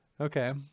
Okay